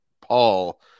Paul